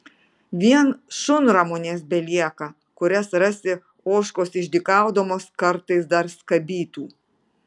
vien šunramunės belieka kurias rasi ožkos išdykaudamos kartais dar skabytų